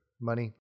money